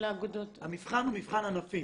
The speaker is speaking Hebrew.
המבחן הוא מבחן ענפי.